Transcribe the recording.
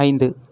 ஐந்து